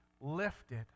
lifted